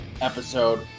episode